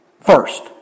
first